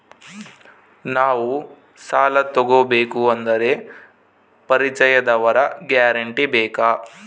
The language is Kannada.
ನಾವು ಸಾಲ ತೋಗಬೇಕು ಅಂದರೆ ಪರಿಚಯದವರ ಗ್ಯಾರಂಟಿ ಬೇಕಾ?